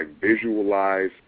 visualize